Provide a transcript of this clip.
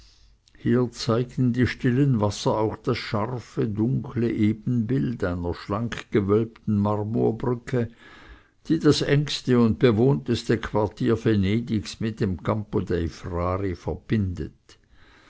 hier zeigten die stillen wasser auch das scharfe dunkle ebenbild einer schlank gewölbten marmorbrücke die das engste und bewohnteste quartier venedigs mit dem campo dei frari verbindet